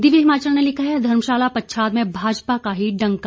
दिव्य हिमाचल ने लिखा है धर्मशाला पच्छाद में भाजपा का ही डंका